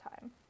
time